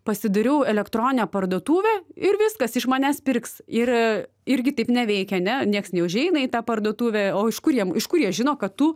pasidariau elektroninę parduotuvę ir viskas iš manęs pirks ir irgi taip neveikia ane nieks neužeina į tą parduotuvę o iš kur jiem iš kurie žino kad tu